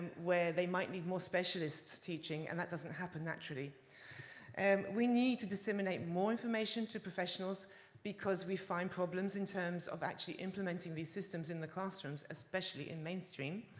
where they might need more specialists teaching. and that doesn't happen naturally and we need to disseminate more information to professionals because we find problems in terms of actually implementing the systems in the classrooms, especially in mainstream.